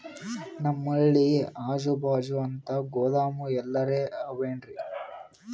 ನಮ್ ಹಳ್ಳಿ ಅಜುಬಾಜು ಅಂತ ಗೋದಾಮ ಎಲ್ಲರೆ ಅವೇನ್ರಿ?